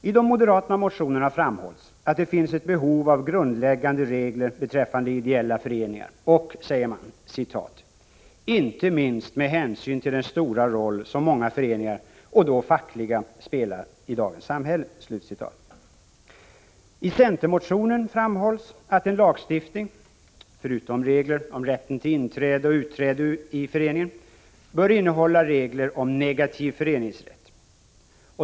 I de moderata motionerna framhålls att det finns ett behov av grundläggande regler beträffande ideella föreningar, ”inte minst”, säger man, ”med hänsyn till den stora roll som många föreningar och då fackliga spelar i dagens samhälle”. I centermotionen framhålls att en lagstiftning — förutom regler om rätten till inträde i och utträde ur föreningen — bör innehålla regler om negativ föreningsrätt.